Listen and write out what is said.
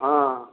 हँ